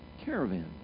caravan